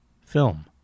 Film